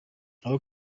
aho